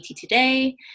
today